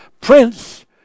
prince